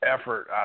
effort